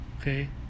Okay